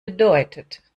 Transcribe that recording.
bedeutet